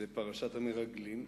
פרשת המרגלים,